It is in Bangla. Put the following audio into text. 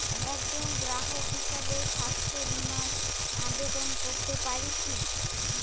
একজন গ্রাহক হিসাবে স্বাস্থ্য বিমার আবেদন করতে পারি কি?